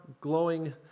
glowing